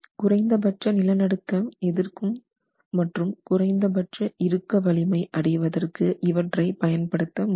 குறைந்தபட்ச நில நடக்க எதிர்க்க மற்றும் குறைந்தபட்ச இறுக்க வலிமை அடைவதற்கு இவற்றை பயன்படுத்த முடியாது